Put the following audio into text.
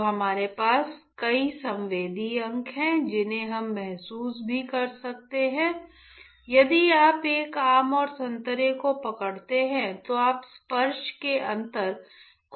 तो हमारे पास कई संवेदी अंग हैं जिन्हें हम महसूस भी कर सकते हैं यदि आप एक आम और संतरे को पकड़ते हैं तो आप स्पर्श से अंतर को समझ सकते हैं